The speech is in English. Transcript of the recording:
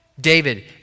David